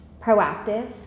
proactive